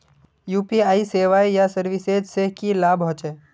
UPI सेवाएँ या services से की लाभ होचे?